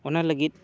ᱚᱱᱟ ᱞᱟᱹᱜᱤᱫ